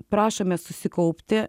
prašome susikaupti